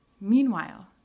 Meanwhile